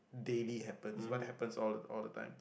daily happens what happens all all the time